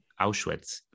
Auschwitz